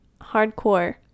hardcore